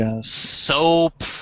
soap